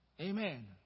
Amen